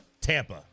Tampa